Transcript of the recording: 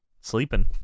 Sleeping